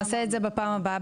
אז נעשה את זה בשמחה בפעם הבאה.